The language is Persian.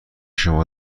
شما